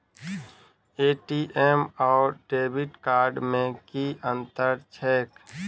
ATM आओर debit card मे की अंतर छैक?